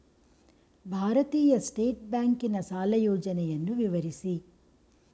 ಭಾರತೀಯ ಸ್ಟೇಟ್ ಬ್ಯಾಂಕಿನ ಸಾಲ ಯೋಜನೆಯನ್ನು ವಿವರಿಸಿ?